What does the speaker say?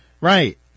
Right